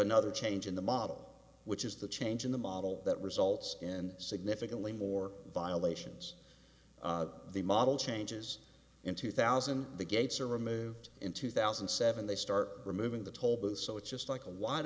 another change in the model which is the change in the model that results in significantly more violations the model changes in two thousand the gates are removed in two thousand and seven they start removing the tollbooth so it's just like a wide